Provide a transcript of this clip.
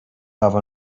have